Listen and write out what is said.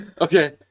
Okay